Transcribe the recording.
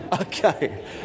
Okay